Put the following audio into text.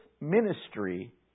ministry